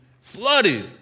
flooded